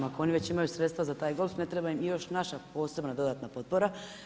Ako oni već imaju sredstva za taj golf ne treba im još naša posebna dodatna potpora.